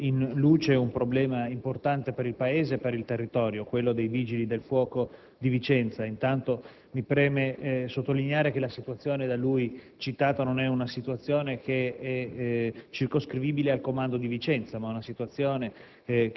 in luce un problema importante per il Paese e per il territorio, quello dei Vigili del fuoco di Vicenza. Intanto mi preme sottolineare che la situazione da lui citata non è certo circoscrivibile al solo comando di Vicenza, ma riguarda